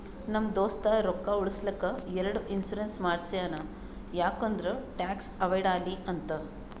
ನಮ್ ದೋಸ್ತ ರೊಕ್ಕಾ ಉಳುಸ್ಲಕ್ ಎರಡು ಇನ್ಸೂರೆನ್ಸ್ ಮಾಡ್ಸ್ಯಾನ್ ಯಾಕ್ ಅಂದುರ್ ಟ್ಯಾಕ್ಸ್ ಅವೈಡ್ ಆಲಿ ಅಂತ್